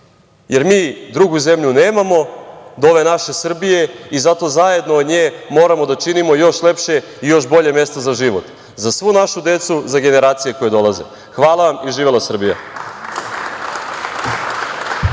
jer mi drugu zemlju nemamo do ove naše Srbije i zato zajedno od nje moramo da činimo još lepše i još bolje mesto za život, za svu našu decu, za generacije koje dolaze. Hvala vam i živela Srbija.